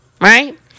Right